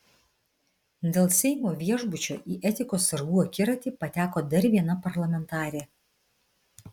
dėl seimo viešbučio į etikos sargų akiratį pateko dar viena parlamentarė